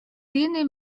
tiene